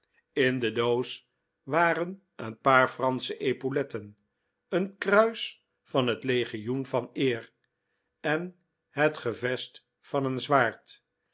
in de doos waren een paar fransche epauletten een kruis van het legioen van eer en het gevest van een zwaard